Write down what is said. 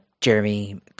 Jeremy